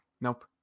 Nope